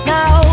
Now